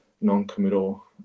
non-committal